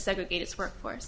segregate its workforce